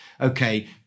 Okay